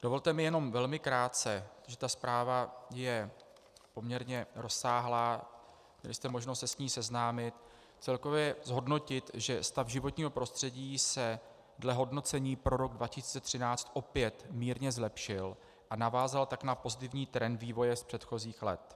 Dovolte mi jenom velmi krátce, protože ta zpráva je poměrně rozsáhlá, měli jste možnost se s ní seznámit, celkově zhodnotit, že stav životního prostředí se dle hodnocení pro rok 2013 opět mírně zlepšil a navázal tak na pozitivní trend vývoje z předchozích let.